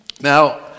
Now